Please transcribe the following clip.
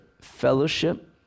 fellowship